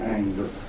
anger